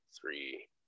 three